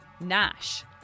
Nash